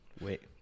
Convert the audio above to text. wait